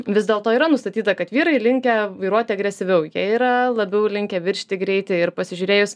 vis dėlto yra nustatyta kad vyrai linkę vairuoti agresyviau jie yra labiau linkę viršyti greitį ir pasižiūrėjus